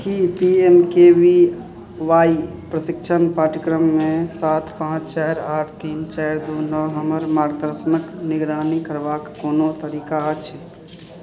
की P M K V Y प्रशिक्षण पाठ्यक्रममे सात पाँच चारि आठ तीन चारि दू नओ हमर मार्गदर्शनक निगरानी करबाक कोनो तरीका अछि